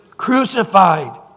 Crucified